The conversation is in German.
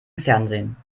fernsehen